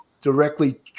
directly